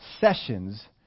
Sessions